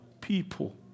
people